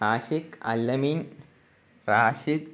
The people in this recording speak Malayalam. ആശിഖ് അൽ അമീന് റാഷിദ്